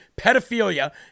pedophilia